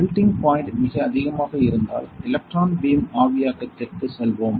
melting point மிக அதிகமாக இருந்தால் எலக்ட்ரான் பீம் ஆவியாக்கத்திற்குச் செல்வோம்